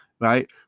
Right